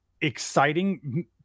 exciting